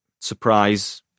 surprise